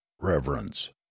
reverence